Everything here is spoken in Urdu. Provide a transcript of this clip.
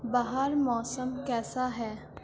باہر موسم کیسا ہے